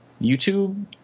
YouTube